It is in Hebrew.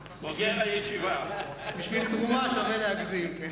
בשביל תרומה שווה להגזים.